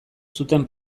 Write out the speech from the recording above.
zuten